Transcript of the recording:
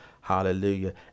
Hallelujah